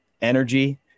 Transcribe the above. energy